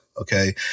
okay